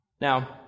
Now